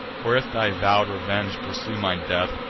or, if thy vow'd revenge pursue my death,